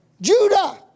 Judah